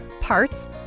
parts